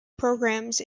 programs